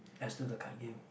let's do the card game